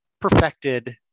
perfected